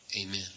amen